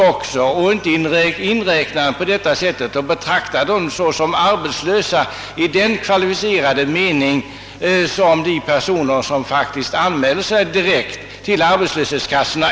Man får inte utan vidare räkna in de människor bland dem som är arbetslösa i den kvalificerade meningen att de direkt har anmält sig till arbetsförmedlingen och arbetslöshetskassan.